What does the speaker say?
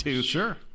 Sure